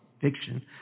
fiction